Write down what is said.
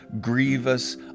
grievous